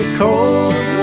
cold